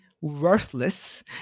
worthless